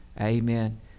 amen